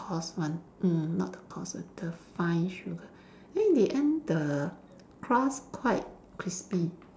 coarse one mm not the coarse one the fine sugar then in the end the crust quite crispy